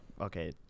Okay